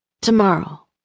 Tomorrow